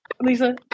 Lisa